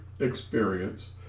experience